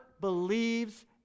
believes